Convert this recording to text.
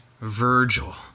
Virgil